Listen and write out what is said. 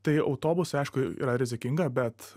tai autobusai aišku yra rizikinga bet